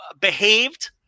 behaved